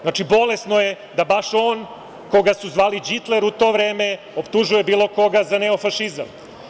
Znači, bolesno je da baš on koga su zvali đitler u to vreme, optužuje bilo koga za neofašizam.